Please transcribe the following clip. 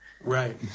Right